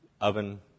oven